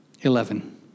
Eleven